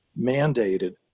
mandated